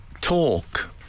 talk